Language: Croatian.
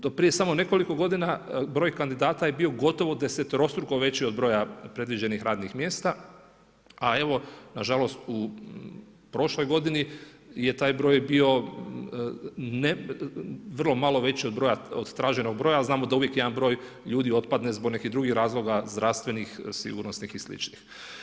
Do prije samo nekoliko godina broj kandidata je bio gotovo desetorostruko veći od broja predviđenih radnih mjesta, a evo nažalost u prošloj godini je taj broj bio vrlo malo veći od traženog broja, a znamo da uvijek jedan broj ljudi otpadne zbog nekih drugih razloga, zdravstvenih, sigurnosnih i sličnih.